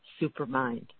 Supermind